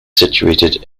situated